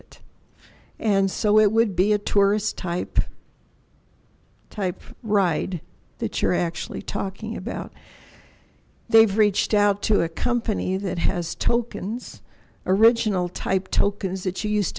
it and so it would be a tourist type type ride that you're actually talking about they've reached out to a company that has tokens original type tokens that she used